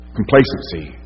complacency